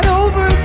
over